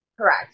Correct